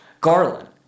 Garland